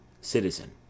Citizen